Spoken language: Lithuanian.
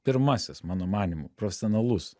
pirmasis mano manymu profesionalus